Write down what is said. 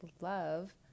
love